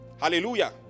Hallelujah